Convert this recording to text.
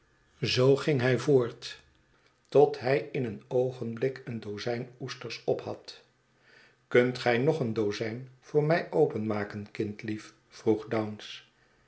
zoo ging hij voort tot hij in een oogenblik een dozijn oesters ophad kunt gij nog een dozijn voor mij openmaken kindlief vroeg dounce